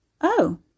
Oh